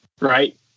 right